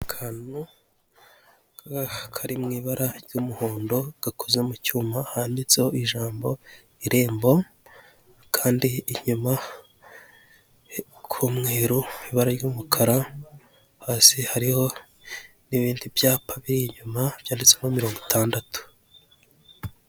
Akantu kari mu ibara ry'umuhondo gakoze mu cyuma handitseho ijambo Irembo kandi inyuma k'umweru, ibara ry'umukara, hasi hariho n'ibindi byapa biri inyuma byanditseho mirongo itandatu.